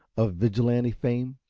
of vigilante fame,